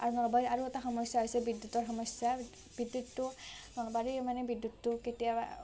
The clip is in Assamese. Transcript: আৰু নলবাৰীত আৰু এটা সমস্যা হৈছে বিদ্যুতৰ সমস্য়া বিদ্যুতটো নলবাৰীৰ মানে বিদ্যুতটো কেতিয়াবা